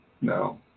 No